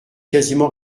quasiment